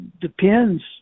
depends